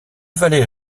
vallée